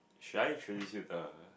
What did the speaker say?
should I introduce you err